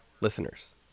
listeners